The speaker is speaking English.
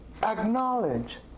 Acknowledge